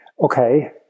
okay